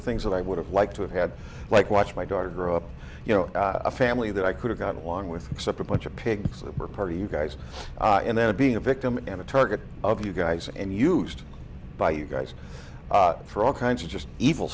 the things that i would have liked to have had like watch my daughter grow up you know a family that i could have got along with except a bunch of pigs that were party you guys and then being a victim and a target of you guys and used by you guys for all kinds of just evil